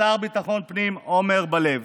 ולשר לביטחון פנים עמר בר לב.